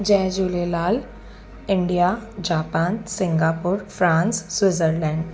Jay Jhulelal India Japan Singapore France Switzerland